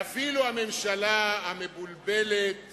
ואפילו הממשלה המבולבלת